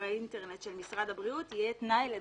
האינטרנט של משרד הבריאות יהא תנאי לדרישתם.